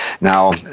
Now